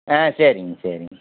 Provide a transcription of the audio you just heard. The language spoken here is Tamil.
ஆ சரிங்க சரிங்க